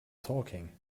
talking